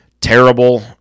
terrible